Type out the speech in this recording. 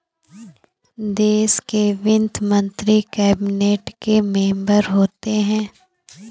देश के वित्त मंत्री कैबिनेट के मेंबर होते हैं